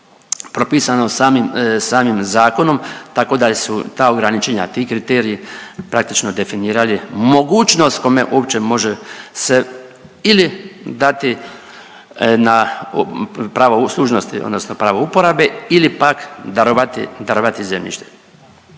propisano samim zakonom, tako da su ta ograničenja, ti kriteriji, praktično definirali mogućnost kome uopće može se ili dati na, pravo služnosti odnosno pravo uporabe ili pak darovati, darovati